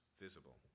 visible